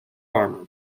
armor